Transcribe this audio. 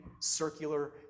circular